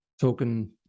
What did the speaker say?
token